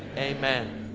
amen.